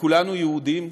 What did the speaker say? וכולנו יהודים,